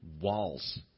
walls